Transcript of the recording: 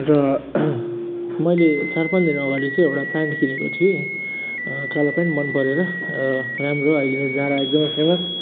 र मैले चार पाँच दिनअगाडि चाहिँ एउटा प्यान्ट किनेको थिएँ कालो प्यान्ट मनपरेर राम्रो अहिले चाहिँ जारा एकदमै फेमस